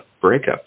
breakup